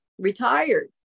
retired